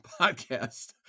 podcast